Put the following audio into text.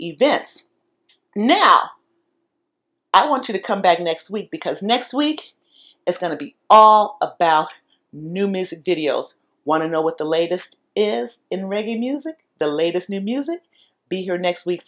events now i want you to come back next week because next week it's going to be all about new music videos want to know what the latest is in revenues and the latest new music to be here next week